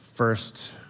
First